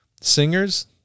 Singers